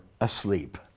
asleep